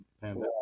pandemic